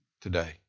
today